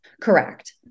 Correct